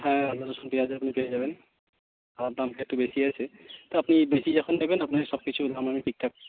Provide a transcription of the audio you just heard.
হ্যাঁ আদা রসুন পেঁয়াজ আপনি পেয়ে যাবেন আদার দামটা একটু বেশি আছে তো আপনি বেশি যখন নেবেন আপনার সবকিছুর দাম আমি ঠিকঠাক